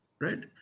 right